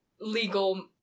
legal